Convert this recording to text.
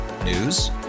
News